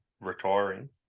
retiring